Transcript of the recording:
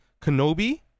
Kenobi